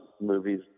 movies